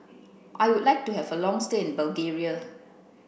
I would like to have a long stay in Bulgaria